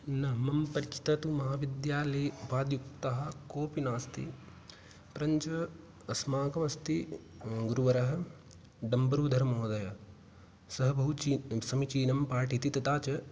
न मम परिचित तु महाविद्यालये उपाध्युक्तः कोऽपि नास्ति परञ्च अस्माकमस्ति गुरुवरः डम्रूधर् महोदय सः बहु ची समीचीनम् पाठयति तथा च